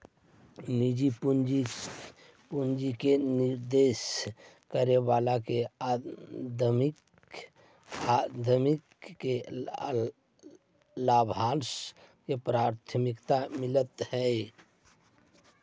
निजी पूंजी के निवेश करे वाला आदमी के लाभांश में प्राथमिकता मिलऽ हई